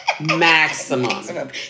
maximum